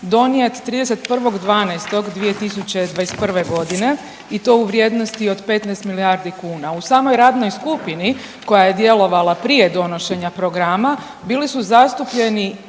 donijet 31.12.2021. g. i to u vrijednosti od 15 milijardi kuna. U samoj radnoj skupini koja je djelovala prije donošenja programa, bili su zastupljeni,